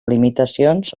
limitacions